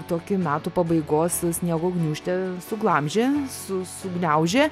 tokį metų pabaigos sniego gniūžtę suglamžė su sugniaužė